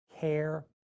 Care